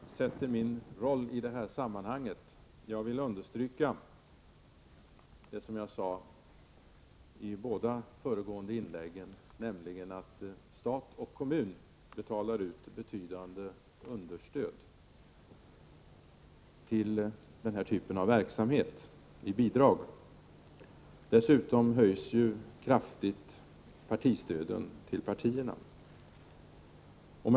Herr talman! Statsrådet Göransson ifrågasätter min roll i det här sammanhanget. Jag vill understryka något som jag sade i mina båda föregående inlägg, nämligen att stat och kommun betalar ut betydande understöd i form av bidrag till den här typen av verksamhet. Dessutom höjs ju stödet till partierna kraftigt.